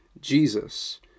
Jesus